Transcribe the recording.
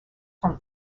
from